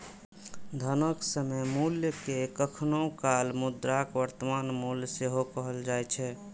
धनक समय मूल्य कें कखनो काल मुद्राक वर्तमान मूल्य सेहो कहल जाए छै